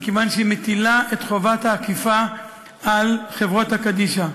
מכיוון שהיא מטילה את חובת האכיפה על חברות קדישא.